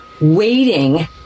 waiting